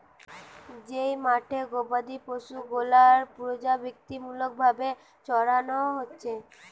যেই মাঠে গোবাদি পশু গুলার পর্যাবৃত্তিমূলক ভাবে চরানো হচ্ছে